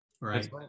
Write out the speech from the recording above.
Right